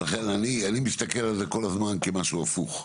לכן אני מסתכל על זה כל הזמן כמשהו הפוך.